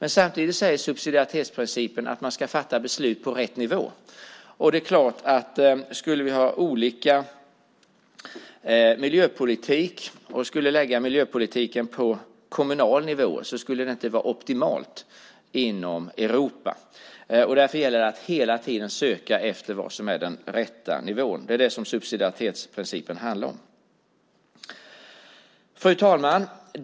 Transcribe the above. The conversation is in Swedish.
Samtidigt säger subsidiaritetsprincipen att man ska fatta beslut på rätt nivå. Om vi skulle ha olika miljöpolitik och lägga miljöpolitiken på kommunal nivå skulle det inte vara optimalt inom Europa. Därför gäller det att hela tiden söka efter vad som är den rätta nivån. Det är vad subsidiaritetsprincipen handlar om. Fru talman!